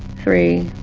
three,